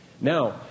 Now